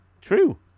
True